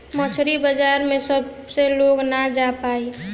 मछरी बाजार में सब लोग ना जा पाई